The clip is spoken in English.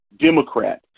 Democrat